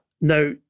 Now